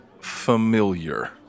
familiar